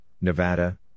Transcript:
Nevada